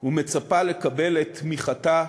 ומצפה לקבל את תמיכתה,